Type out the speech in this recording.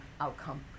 outcome